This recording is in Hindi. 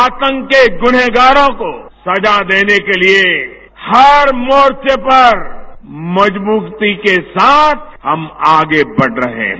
आतंक के गुनहगारों को सजा देने के लिए हर मोर्चे पर मजब्रती के साथ हम आगे बढ़ रहे हैं